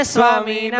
Swami